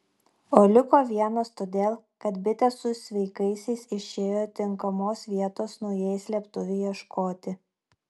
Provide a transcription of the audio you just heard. o liko vienas todėl kad bitė su sveikaisiais išėjo tinkamos vietos naujai slėptuvei ieškoti